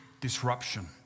disruption